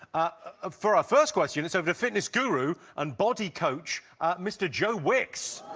ah for our first question, it's over to fitness guru and body coach mr joe wicks.